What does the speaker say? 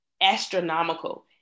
astronomical